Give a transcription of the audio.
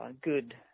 good